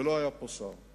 ולא היה פה שר.